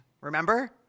Remember